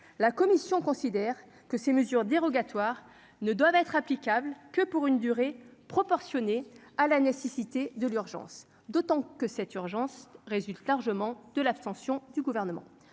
la Commission considère que ces mesures dérogatoires ne doivent être applicable que pour une durée proportionné à la nécessité de l'urgence, d'autant que cette urgence résulte largement de l'abstention du gouvernement,